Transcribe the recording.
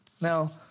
Now